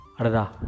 ada